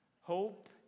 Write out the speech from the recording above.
Hope